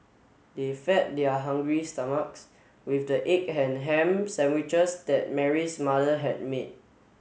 they fed their hungry stomachs with the egg and ham sandwiches that Mary's mother had made